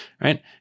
right